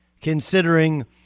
considering